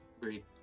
Great